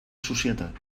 societat